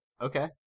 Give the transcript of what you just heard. Okay